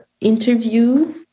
interview